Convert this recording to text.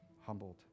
humbled